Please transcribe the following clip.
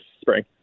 spring